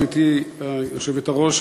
גברתי היושבת-ראש,